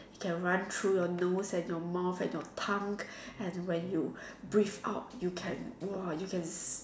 can run through your nose and your mouth and your tongue and when you breathe out you can !wah! you can s~